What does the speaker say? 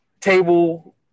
table